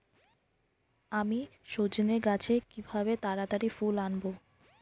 আমি সজনে গাছে কিভাবে তাড়াতাড়ি ফুল আনব?